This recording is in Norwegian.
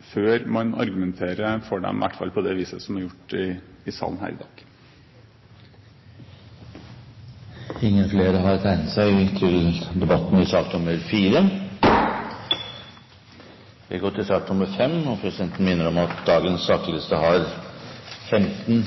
før man argumenterer for dem – i hvert fall på det viset det er gjort i salen her i dag. Flere har ikke bedt om ordet til sak nr. 4. Vi går til sak nr. 5, og presidenten minner om at dagens saksliste har 15